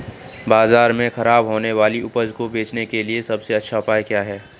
बाजार में खराब होने वाली उपज को बेचने के लिए सबसे अच्छा उपाय क्या है?